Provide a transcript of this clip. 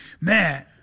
man